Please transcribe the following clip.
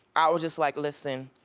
i was just like, listen,